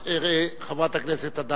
בבקשה, חברת הכנסת אדטו.